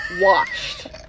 washed